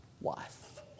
wife